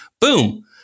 Boom